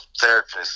therapist